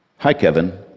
hi, kevin.